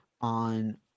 on